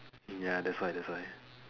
ya that's why that's why